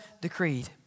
decreed